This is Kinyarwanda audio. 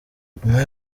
nyuma